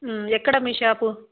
ఎక్కడ మీ షాపు